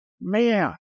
Man